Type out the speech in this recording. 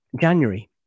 January